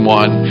one